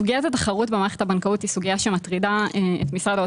סוגיית התחרות במערכת הבנקאות היא סוגיה שמטרידה